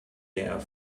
der